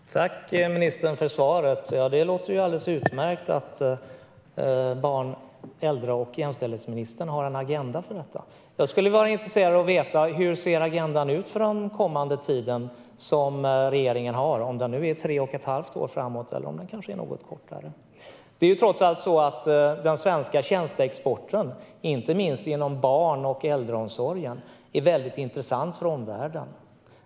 Herr talman! Jag tackar ministern för svaret. Det låter alldeles utmärkt att barn, äldre och jämställdhetsministern har en agenda för detta. Jag är intresserad av att veta hur agendan ser ut för den kommande tiden som regeringen har, om den nu är tre och ett halvt år framöver eller kanske något kortare. Den svenska tjänsteexporten är väldigt intressant för omvärlden, inte minst när det gäller barn och äldreomsorgen.